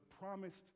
promised